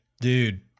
dude